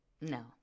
No